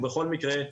ובכל מקרה,